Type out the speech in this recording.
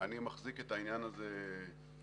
אני מחזיק את העניין הזה אצלי.